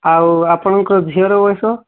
ଆଉ ଆପଣଙ୍କ ଝିଅର ବୟସ